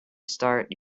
start